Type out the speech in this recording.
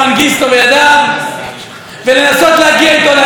ולנסות להגיע איתו להסדרה.